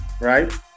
right